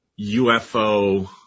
UFO